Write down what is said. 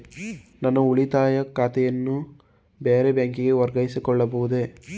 ನನ್ನ ಉಳಿತಾಯ ಖಾತೆಯನ್ನು ಬೇರೆ ಬ್ಯಾಂಕಿಗೆ ವರ್ಗಾಯಿಸಿಕೊಳ್ಳಬಹುದೇ?